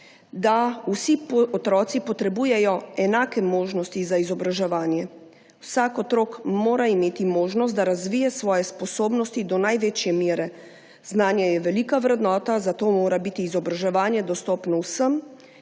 da vsi otroci potrebujejo enake možnosti za izobraževanje. Vsak otrok mora imeti možnost, da razvije svoje sposobnosti do največje mere, znanje je velika vrednota, zato mora biti izobraževanje dostopno vsem,